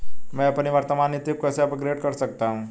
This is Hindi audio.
मैं अपनी वर्तमान नीति को कैसे अपग्रेड कर सकता हूँ?